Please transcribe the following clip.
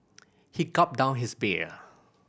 he gulped down his beer